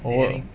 for